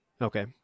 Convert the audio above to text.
Okay